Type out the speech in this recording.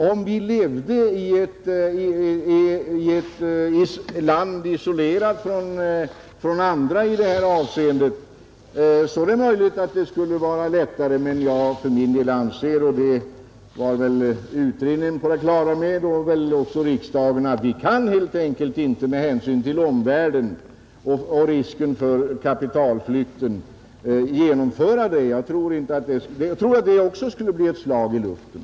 Om vi levde i ett land isolerat från andra i detta avseende är det möjligt att det skulle vara lättare. Men jag för min del anser — och det var väl utredningen, liksom också riksdagen, på det klara med — att vi helt enkelt inte, med hänsyn till omvärlden och med hänsyn till risken för kapitalflykt, kan genomföra det. Jag tror att det skulle bli ett slag i luften.